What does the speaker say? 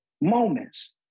Moments